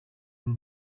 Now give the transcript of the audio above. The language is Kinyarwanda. n’u